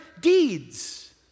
deeds